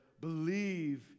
believe